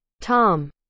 tom